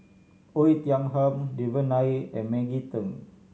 Oei Tiong Ham Devan Nair and Maggie Teng